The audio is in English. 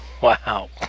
Wow